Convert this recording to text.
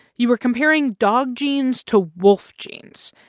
you were comparing dog genes to wolf genes.